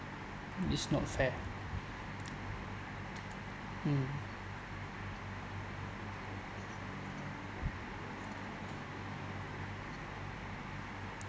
it's not fair mm